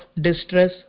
distress